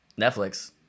Netflix